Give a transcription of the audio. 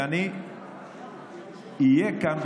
ואני אהיה כאן,